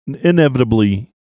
inevitably